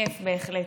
כיף בהחלט.